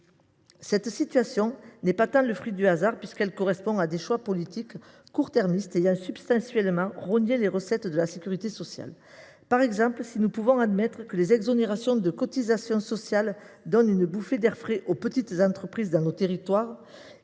Cette situation n’est pas le fruit du hasard puisqu’elle correspond à des choix politiques court termistes ayant substantiellement rogné les recettes de la sécurité sociale. Par exemple, si nous pouvons admettre que les exonérations de cotisations sociales donnent une bouffée d’air frais aux petites entreprises dans nos territoires,